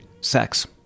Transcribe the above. sex